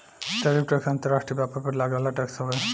tariff tax अंतर्राष्ट्रीय व्यापार पर लागे वाला टैक्स हवे